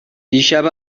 دیشب